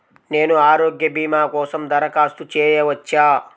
నేను ఆరోగ్య భీమా కోసం దరఖాస్తు చేయవచ్చా?